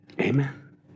amen